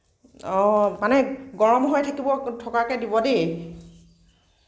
অ মানে গৰম হৈ থাকিব থকাকে দিব দেই